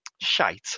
shite